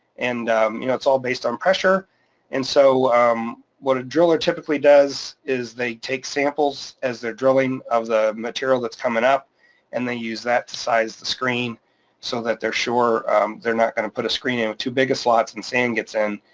and you know it's all based on pressure and so um what a driller typically does is they take samples as they're drilling of the material that's coming up and they use that to size the screen so that they're sure they're not going to put a screen in too bigger slots and sands gets in.